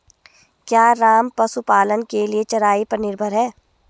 क्या राम पशुपालन के लिए चराई पर निर्भर है?